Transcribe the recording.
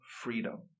freedom